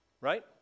right